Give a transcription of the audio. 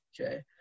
okay